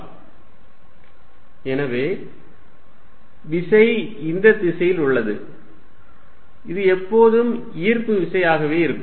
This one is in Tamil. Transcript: F1 Gm1m2r122r21 எனவே விசை இந்த திசையில் உள்ளது இது எப்போதும் ஈர்ப்பு விசை ஆகவே இருக்கும்